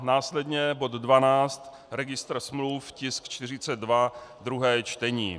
Následně bod 12 registr smluv, tisk 42, druhé čtení.